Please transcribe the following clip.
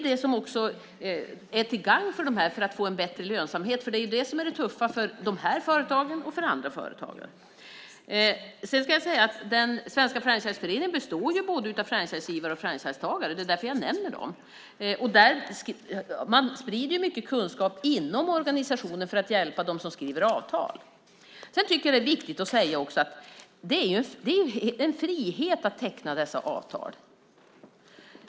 Det är till gagn för dem för att få bättre lönsamhet. Det är detta som är det tuffa för dessa företag och andra företag. Svenska Franchiseföreningen består av både franchisegivare och franchisetagare. Det är därför jag nämner föreningen. Man sprider mycket kunskap inom organisationen för att hjälpa dem som skriver avtal. Det är fritt att teckna dessa avtal.